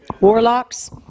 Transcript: Warlocks